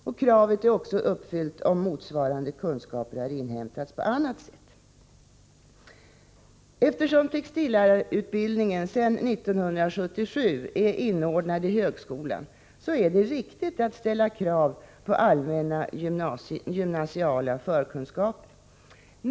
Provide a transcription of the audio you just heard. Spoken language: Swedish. Detta krav är också uppfyllt om motsvarande kunskaper inhämtats på annat sätt. Eftersom textillärarutbildningen alltsedan 1977 är inordnad i högskolan, är det riktigt att ställa krav på allmänna gymnasiala förkunskaper.